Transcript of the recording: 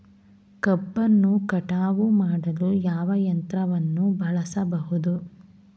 ಕಬ್ಬನ್ನು ಕಟಾವು ಮಾಡಲು ಯಾವ ಯಂತ್ರವನ್ನು ಬಳಸಬಹುದು?